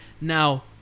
Now